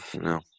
No